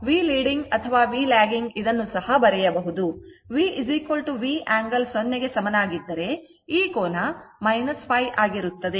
ಆದ್ದರಿಂದ v leading ಅಥವಾ V lagging ಇದನ್ನು ಸಹ ಬರೆಯಬಹುದು vV angle 0 ಕ್ಕೆ ಸಮನಾಗಿದ್ದರೆ ಈ ಕೋನ ϕ ಆಗಿರುತ್ತದೆ